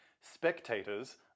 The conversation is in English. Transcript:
spectators